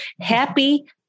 Happy